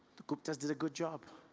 gupta's did a good job.